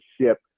ship